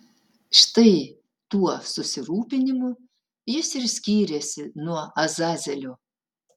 štai tuo susirūpinimu jis ir skyrėsi nuo azazelio